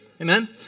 Amen